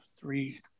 Three